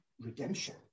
redemption